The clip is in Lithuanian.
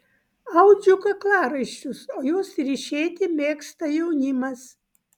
audžiu kaklaraiščius o juos ryšėti mėgsta jaunimas